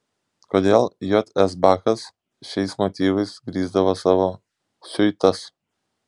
kodėl j s bachas šiais motyvais grįsdavo savo siuitas